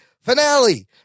finale